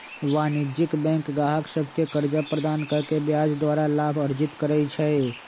वाणिज्यिक बैंक गाहक सभके कर्जा प्रदान कऽ के ब्याज द्वारा लाभ अर्जित करइ छइ